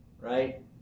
right